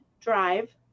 Drive